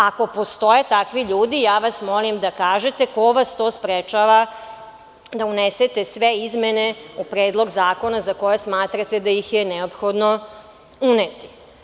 Ako postoje takvi ljudi, molim vas da kažete ko vas to sprečava da unesete sve izmene u Predlog zakona za koje smatrate da ih je neophodno uneti.